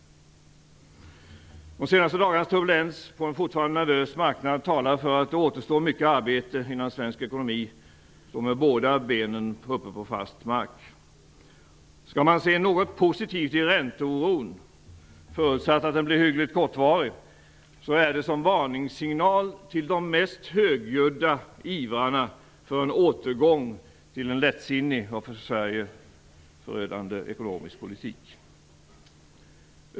De senaste dagarnas turbulens på en fortfarande nervös marknad talar för att det återstår mycket arbete innan svensk ekonomi står med båda benen på fast mark. Skall man se något positivt i ränteoron - förutsatt att den blir hyfsat kortvarig - är det som en varningssignal till de mest högljudda ivrarna för en återgång till en lättsinnig och för Sverige förödande ekonomisk politik.